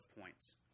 points